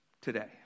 today